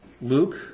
Luke